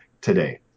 today